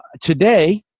Today